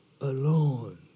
alone